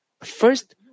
first